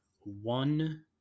One